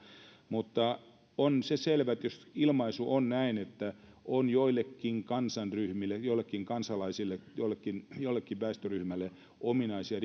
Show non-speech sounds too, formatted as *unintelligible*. mutta se on selvä että jos ilmaisu on näin että on joillekin kansanryhmille joillekin kansalaisille joillekin joillekin väestöryhmille ominaisia *unintelligible*